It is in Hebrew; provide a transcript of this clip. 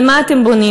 על מה אתם בונים?